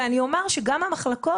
ואני אומר שגם המחלקות,